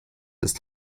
ist